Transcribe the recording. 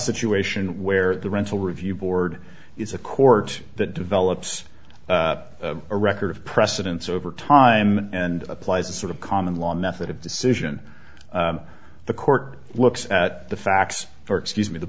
situation where the rental review board is a court that develops a record of precedence over time and applies a sort of common law method of decision the court looks at the facts for excuse me the